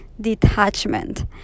detachment